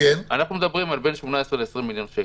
אנחנו מדברים על בין 18 ל-20 מיליון שקל.